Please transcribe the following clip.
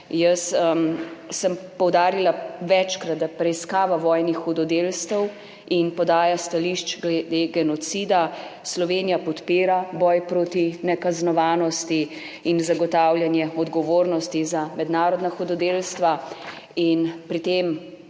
Jaz sem poudarila večkrat, preiskava vojnih hudodelstev in podaja stališč glede genocida, Slovenija podpira boj proti nekaznovanosti in zagotavljanje odgovornosti za mednarodna hudodelstva in pri tem